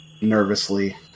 nervously